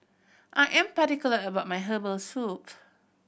I am particular about my herbal soup